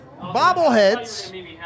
bobbleheads